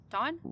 Don